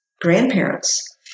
grandparents